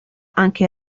anche